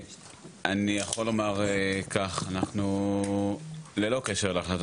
אני יכול לומר כך, אנחנו ללא קשר להחלטת